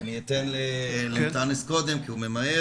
אני אתן לאנטאנס קודם כי הוא ממהר,